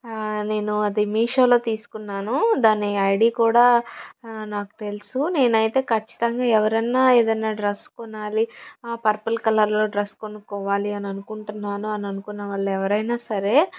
నేను అది మీషోలో తీసుకున్నాను దాని ఐడీ కూడా నాకు తెలుసు నేను అయితే ఖచ్చితంగా ఎవరన్నా ఏదన్నా డ్రెస్ కొనాలి ఆ పర్పుల్ కలర్లో డ్రెస్ కొనుక్కోవాలి అని అనుకుంటున్నాను అని అనుకున్న వాళ్ళు ఎవరైనా సరే